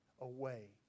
away